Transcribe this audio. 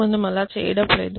మనము అలా చేయడం లేదు